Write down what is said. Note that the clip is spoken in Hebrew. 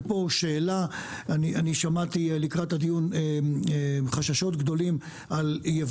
ופה יש לי שאלה: לקראת הדיון אני שמעתי חששות גדולים לגבי